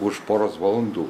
už poros valandų